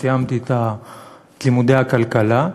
סיימתי את לימודי הכלכלה,